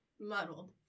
muddled